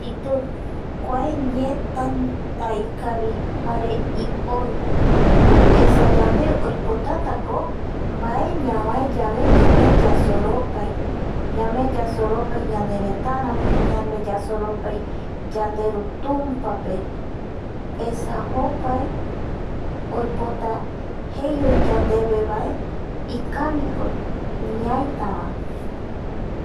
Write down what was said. Gratitud kuae ñe tanta ikavi jare ipoɨ esa yande oipotatako mbae ñavae yave ñame yasoropai, ñame yasoropai ñanerëtarape, ñame yasoropai yanderu tumpape esa jokua oipota jei öi yandevevae ikaviko ñaitava